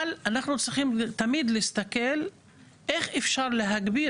אבל אנחנו צריכים תמיד להסתכל איך אפשר להגביר